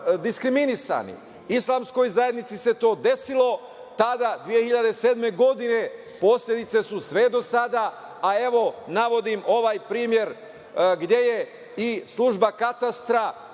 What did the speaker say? Islamskoj zajednici se to desilo tada 2007. godine. Posledice su sve do sada, a navodim ovaj primer gde je i Služba katastra,